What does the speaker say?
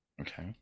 okay